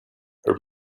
her